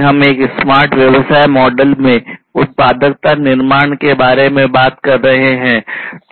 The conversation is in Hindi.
यदि हम एक स्मार्ट व्यवसाय मॉडल में उत्पादकता निर्माण के बारे में बात कर रहे हैं